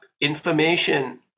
information